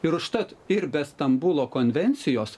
ir užtat ir be stambulo konvencijos